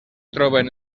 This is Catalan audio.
troben